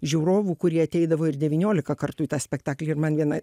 žiūrovų kurie ateidavo ir devyniolika kartų į tą spektaklį ir man viena